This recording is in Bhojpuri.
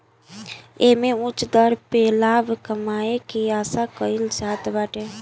एमे उच्च दर पे लाभ कमाए के आशा कईल जात बाटे